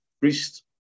priest